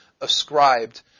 ascribed